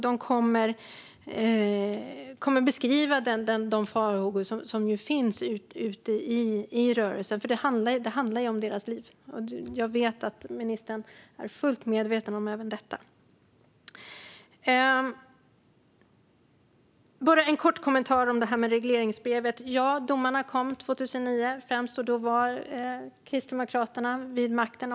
De kommer att beskriva de farhågor som finns ute i rörelsen, för det handlar om människors liv. Jag vet att ministern är fullt medveten om även detta. Jag har en kort kommentar om detta med regleringsbrevet. Ja, domarna kom främst 2009. Då var Kristdemokraterna vid makten.